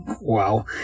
Wow